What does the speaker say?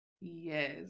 Yes